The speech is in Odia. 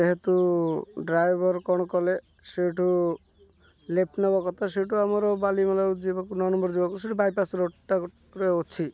ଯେହେତୁ ଡ୍ରାଇଭର୍ କ'ଣ କଲେ ସେଇଠୁ ଲେଫ୍ଟ ନବା କଥା ସେଇଠୁ ଆମର ବାଲିମେଳା ଯିବାକୁ ନଅ ନମ୍ବର୍ ଯିବାକୁ ସେଇଠି ବାଇପାସ୍ ରୋଡ଼୍ଟାରେ ଅଛି